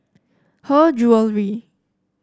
Her Jewellery